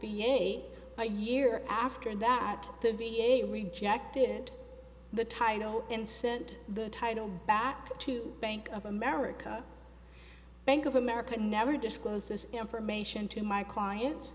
v a a year after that the v a rejected the title and sent the title back to bank of america bank of america never disclosed this information to my clients